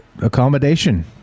accommodation